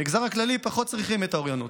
במגזר הכללי פחות צריכים את האוריינות.